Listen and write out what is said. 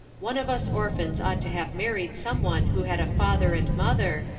one of us orphans ought to have married some one who had a father and mother,